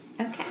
Okay